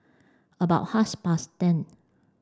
about past ten